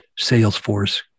Salesforce